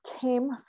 came